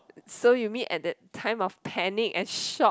so you mean at that time of panic and shock